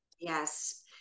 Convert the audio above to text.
Yes